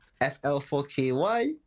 fl4ky